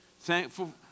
Thankful